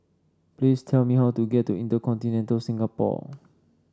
please tell me how to get to InterContinental Singapore